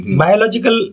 biological